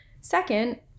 Second